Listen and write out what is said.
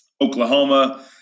Oklahoma